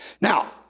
Now